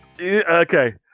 Okay